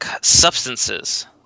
substances